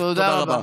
תודה רבה.